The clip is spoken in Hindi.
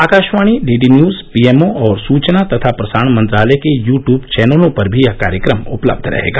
Akashvani D D news P M O और सुचना तथा प्रसारण मंत्रालय के यू ट्यूब चैनलों पर भी यह कार्यक्रम उपलब्ध रहेगा